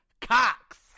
Cox